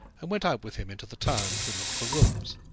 and went out with him into the town to look for rooms.